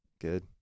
Good